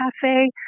cafe